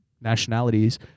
nationalities